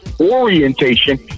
orientation